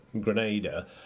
Grenada